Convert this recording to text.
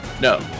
No